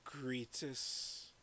greatest